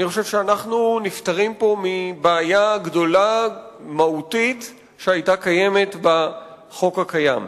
אני חושב שאנחנו נפטרים פה מבעיה גדולה ומהותית שהיתה קיימת בחוק הקיים.